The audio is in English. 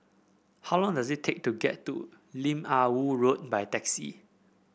how long does it take to get to Lim Ah Woo Road by taxi